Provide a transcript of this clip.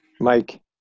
Mike